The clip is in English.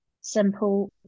simple